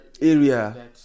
area